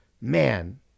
man